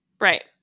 Right